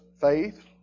faith